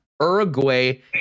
uruguay